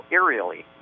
aerially